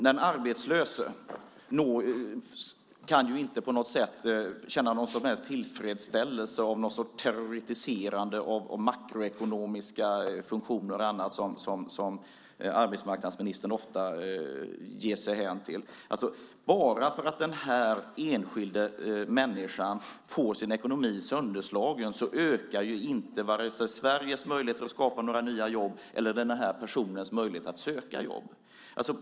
Den arbetslöse kan inte känna någon som helst tillfredsställelse med någon sorts teoretiserande av makroekonomiska funktioner och annat som arbetsmarknadsministern ofta ger sig hän åt. Enbart för att den enskilda människan får sin ekonomi sönderslagen ökar inte vare sig Sveriges möjligheter att skapa några nya jobb eller personens möjlighet att söka jobb.